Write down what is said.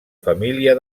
família